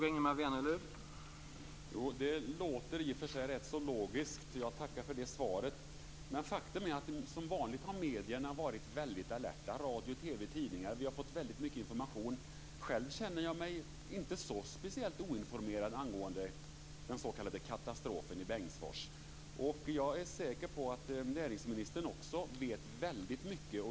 Herr talman! Det låter i och för sig logiskt. Jag tackar för svaret. Men faktum är att medierna som vanligt har varit väldigt alerta. Vi har fått mycket information via radio, TV och tidningar. Själv känner jag mig inte speciellt oinformerad angående den s.k. katastrofen i Bengtsfors. Jag är säker på att näringsministern också vet väldigt mycket.